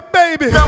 baby